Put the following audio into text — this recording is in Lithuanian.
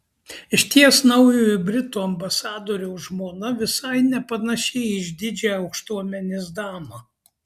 išties naujojo britų ambasadoriaus žmona visai nepanaši į išdidžią aukštuomenės damą